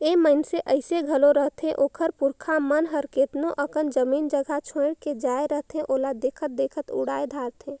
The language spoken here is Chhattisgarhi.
ए मइनसे अइसे घलो रहथें ओकर पुरखा मन हर केतनो अकन जमीन जगहा छोंएड़ के जाए रहथें ओला देखत देखत उड़ाए धारथें